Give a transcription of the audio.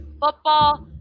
football